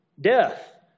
Death